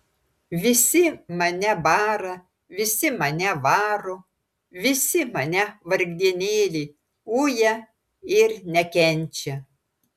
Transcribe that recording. visi mane bara visi mane varo visi mane vargdienėlį uja ir nekenčia